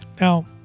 Now